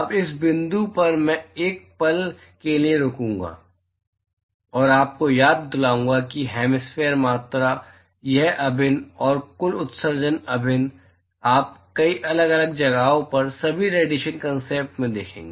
अब इस बिंदु पर मैं एक पल के लिए रुकूंगा और आपको याद दिलाऊंगा कि ये हेमिस्फैरिकल मात्रा यह अभिन्न और कुल उत्सर्जन अभिन्न आप कई अलग अलग जगहों पर सभी रेडिएशन कॉन्सेप्ट्स में देखेंगे